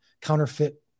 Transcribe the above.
counterfeit